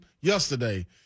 yesterday